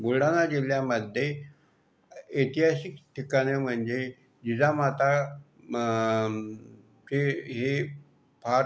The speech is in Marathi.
बुलढाणा जिल्ह्यामध्ये ऐतिहासिक ठिकाणे म्हणजे जिजामाता म ते हे फार